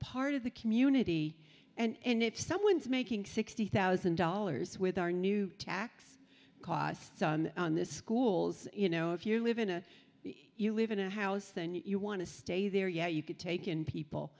part of the community and if someone's making sixty thousand dollars with our new tax costs on the schools you know if you live in a you live in a house and you want to stay there yeah you could take in people